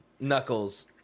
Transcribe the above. Knuckles